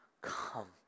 come